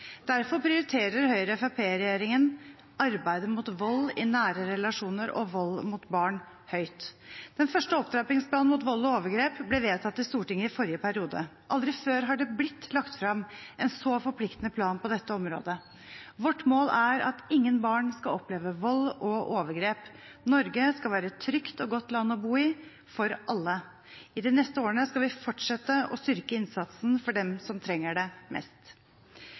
Derfor prioriterer Høyre–Fremskrittsparti-regjeringen arbeidet mot vold i nære relasjoner og vold mot barn høyt. Den første opptrappingsplanen mot vold og overgrep ble vedtatt i Stortinget i forrige periode. Aldri før har det blitt lagt frem en så forpliktende plan på dette området. Vårt mål er at ingen barn skal oppleve vold og overgrep. Norge skal være et trygt og godt land å bo i for alle. I de neste årene skal vi fortsette å styrke innsatsen for dem som trenger det mest.